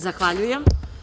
Zahvaljujem.